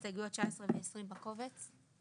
הסתייגויות 19 ו-20 בקובץ.